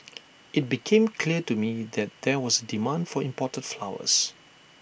IT became clear to me that there was A demand for imported flowers